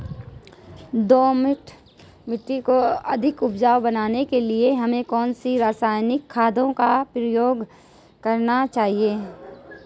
दोमट मिट्टी को अधिक उपजाऊ बनाने के लिए हमें कौन सी रासायनिक खाद का प्रयोग करना चाहिए?